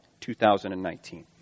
2019